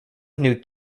new